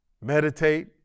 Meditate